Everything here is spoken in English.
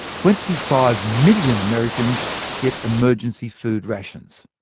twenty five million americans get emergency food rations.